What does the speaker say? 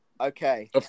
Okay